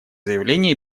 заявления